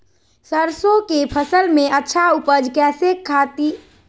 सरसों के फसल में अच्छा उपज करे खातिर कौन विधि के प्रयोग करे के चाही?